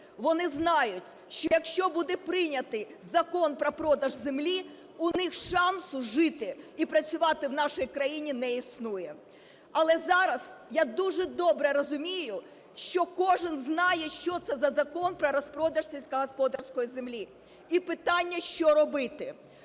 вони знають, що, якщо буде прийнятий закон про продаж землі, у них шансу жити і працювати в нашій країні не існує. Але зараз я дуже добре розумію, що кожен знає, що це за закон про розпродаж сільськогосподарської землі і питання що робити.